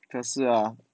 可是啊